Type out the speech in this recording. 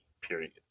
period